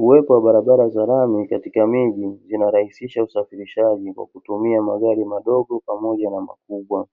Uwepo wa barabara za lami katika miji zinarahisisha usafirishaji kwa kutumia magari madogo pamoja na makubwa.